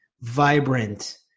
vibrant